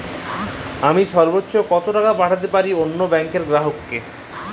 আমি সর্বোচ্চ কতো টাকা পাঠাতে পারি অন্য ব্যাংক র গ্রাহক কে?